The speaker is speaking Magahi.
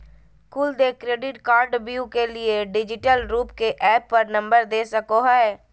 कुल देय क्रेडिट कार्डव्यू के लिए डिजिटल रूप के ऐप पर नंबर दे सको हइ